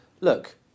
Look